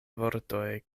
vortoj